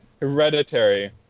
Hereditary